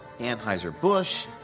Anheuser-Busch